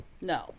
No